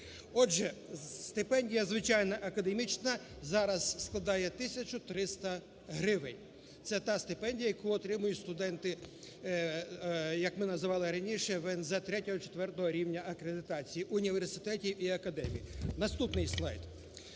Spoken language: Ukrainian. Отже, стипендія, звичайно, академічна зараз складає 1 тисячу 300 гривень, це та стипендія, яку отримують студенти, як ми називали раніше, ВНЗ ІІІ-ІV рівня акредитації – університетів і академій. Наступний слайд.